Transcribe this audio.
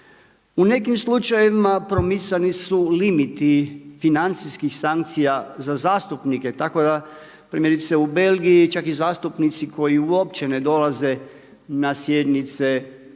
U nekim slučajevima promicani su limiti financijskih sankcija za zastupnike, tako da primjerice u Belgiji čak i zastupnici koji uopće ne dolaze na sjednice